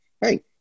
hey